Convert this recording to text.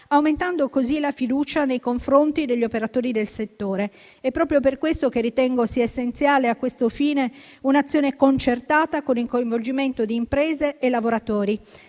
aumentando così la fiducia nei confronti degli operatori del settore. È proprio per questo che ritengo sia essenziale, a questo fine, un'azione concertata con il coinvolgimento di imprese e lavoratori.